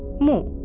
mu,